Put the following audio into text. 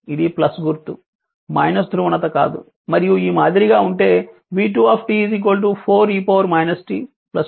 ఇది గుర్తు ధ్రువణత కాదు మరియు ఈ మాదిరిగా ఉంటే v2 4 e t 20 వోల్ట్ వస్తుంది